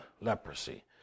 leprosy